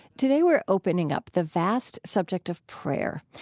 today, we're opening up the vast subject of prayer.